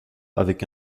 avec